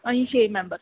ਅਸੀਂ ਛੇ ਮੈਂਬਰ